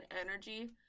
energy